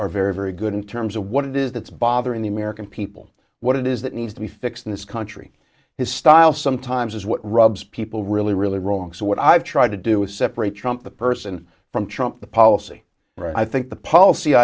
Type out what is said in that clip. are very very good in terms of what it is that's bothering the american people what it is that needs to be fixed in this country his style sometimes is what rubs people really really wrong so what i've tried to do is separate trump the person from trump the policy i think the policy